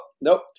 nope